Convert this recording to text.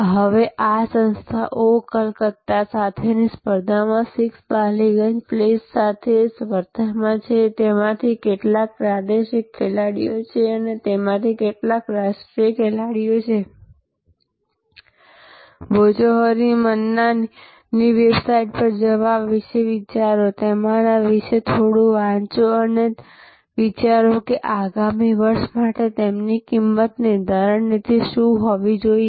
હવે આ સંસ્થા ઓહ કલકત્તા સાથેની સ્પર્ધામાં 6 બાલીગંજ પ્લેસ સાથે સ્પર્ધામાં છે તેમાંથી કેટલાક પ્રાદેશિક ખેલાડીઓ છે તેમાંથી કેટલાક રાષ્ટ્રીય ખેલાડીઓ છે અને ભોજોહોરી મન્ના વેબસાઇટ પર જવા વિશે વિચારો તેમના વિશે થોડું વાંચો અને વિચારો કે આગામી વર્ષ માટે તેમની કિંમત નિર્ધારણ નીતિ શું હોવી જોઈએ